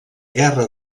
guerra